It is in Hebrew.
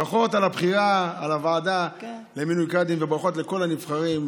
ברכות לבחירה לוועדה למינוי קאדים וברכות לכל הנבחרים